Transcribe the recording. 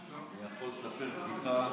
אני יכול לספר בדיחה,